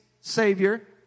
Savior